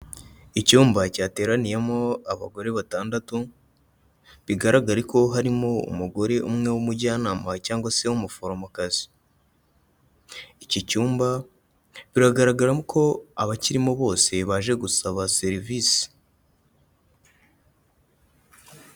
Icyumba cyateraniyemo abagore batandatu bigaragare ko harimo umugore umwe w'umujyanama cyangwa se w'umuforomokazi iki cyumba biragaragaramo ko abakirimo bose baje gusaba serivisi.